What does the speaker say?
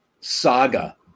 saga